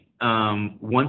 One